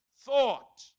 thought